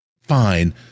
fine